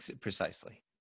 precisely